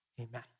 amen